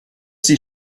sie